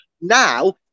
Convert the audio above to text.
Now